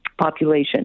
population